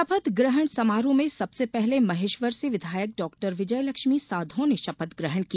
शपथ ग्रहण समारोह में सबसे पहले महेश्वर से विधायक डॉक्टर विजयलक्ष्मी साधौ ने शपथ ग्रहण की